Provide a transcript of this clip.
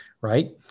Right